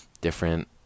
different